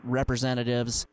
representatives